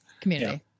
community